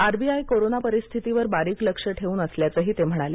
R B I corona परिस्थितीवर बारीक लक्ष ठेऊन असल्याचंही ते म्हणाले